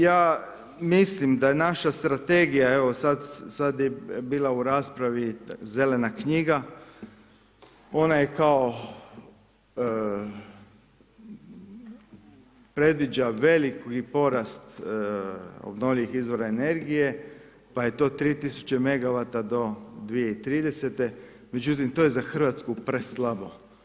Ja mislim da je naša strategija, evo sada je bila u raspravi zelena knjiga, ona je kao predviđa veliki porast obnovljivih izvora energije, pa je to 3000 megawata do 2030. međutim, to je za Hrvatsku preslabo.